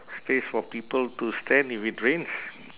space for people to stand if it rains